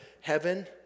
heaven